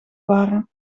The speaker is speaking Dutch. waren